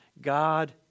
God